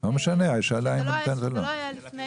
שזה לא היה לפני